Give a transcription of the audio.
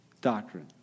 doctrine